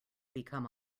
become